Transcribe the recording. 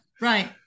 right